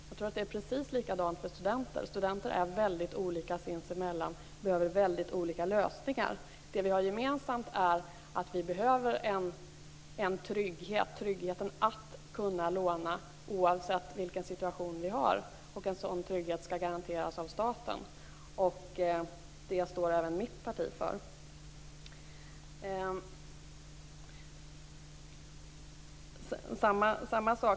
Jag tror att det är precis likadant för studenter. Studenter är väldigt olika sinsemellan och behöver olika lösningar. Det vi har gemensamt är att vi behöver en trygghet, tryggheten att kunna låna oavsett vilken situation vi har. En sådan trygghet skall garanteras av staten. Det står även mitt parti för.